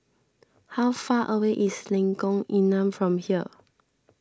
how far away is Lengkong Enam from here